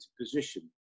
position